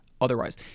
otherwise